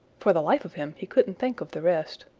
for the life of him he couldn't think of the rest.